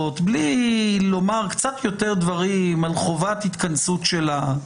בלי לומר קצת יותר דברים על חובת התכנסות שלה,